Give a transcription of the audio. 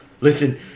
Listen